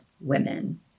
women